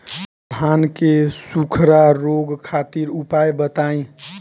धान के सुखड़ा रोग खातिर उपाय बताई?